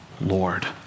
Lord